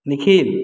Nikhil